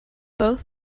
both